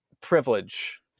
privilege